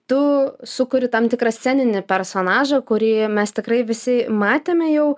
tu sukuri tam tikrą sceninį personažą kurį mes tikrai visi matėme jau